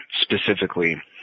specifically